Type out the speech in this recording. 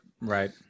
Right